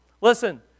Listen